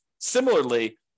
Similarly